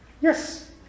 yes